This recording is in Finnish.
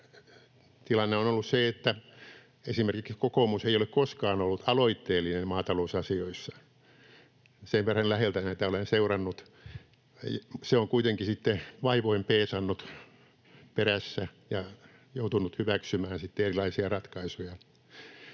tilanne on ollut se, että esimerkiksi kokoomus ei ole koskaan ollut aloitteellinen maatalousasioissa, sen verran läheltä näitä olen seurannut. Se on kuitenkin sitten vaivoin peesannut perässä ja joutunut hyväksymään erilaisia ratkaisuja